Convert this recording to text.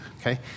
Okay